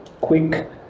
quick